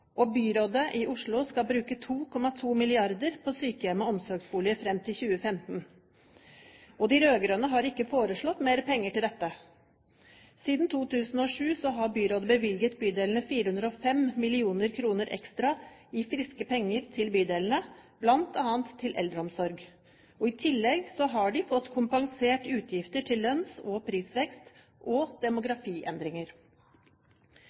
trenger. Byrådet i Oslo skal bruke 2,2 mrd. kr på sykehjem og omsorgsboliger fram til 2015. De rød-grønne har ikke foreslått mer penger til dette. Siden 2007 har byrådet bevilget 405 mill. kr ekstra i friske penger til bydelene, bl.a. til eldreomsorg. I tillegg har de fått kompensert utgifter til lønns- og prisvekst og